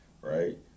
right